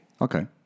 Okay